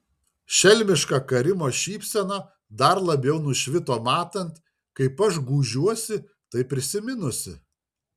šelmiška karimo šypsena dar labiau nušvito matant kaip aš gūžiuosi tai prisiminusi